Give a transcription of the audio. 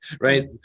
right